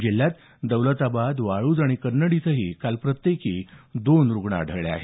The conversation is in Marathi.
जिल्ह्यात दौलताबाद वाळूज आणि कन्नड इथंही काल प्रत्येकी दोन रुग्ण आढळले आहेत